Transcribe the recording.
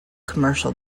commercial